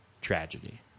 Tragedy